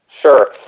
Sure